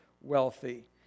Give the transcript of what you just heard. wealthy